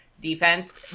defense